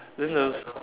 then the